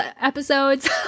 episodes